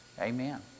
amen